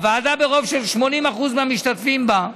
הוועדה, ברוב של 80% מהמשתתפים בה,